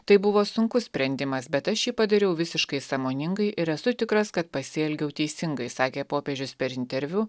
tai buvo sunkus sprendimas bet aš jį padariau visiškai sąmoningai ir esu tikras kad pasielgiau teisingai sakė popiežius per interviu